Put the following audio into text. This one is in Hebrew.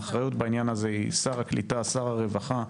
האחריות בעניין הזה היא שר הקליטה, שר הרווחה,